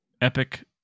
epic